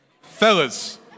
Fellas